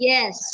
Yes